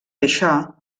això